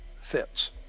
fits